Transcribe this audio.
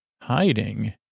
Hiding